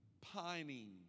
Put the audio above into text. pining